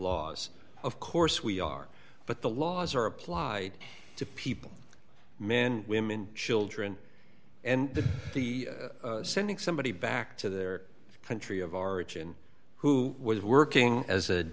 laws of course we are but the laws are applied to people men women children and to be sending somebody back to their country of origin who was working as a